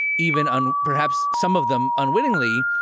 even on perhaps some of them unwittingly,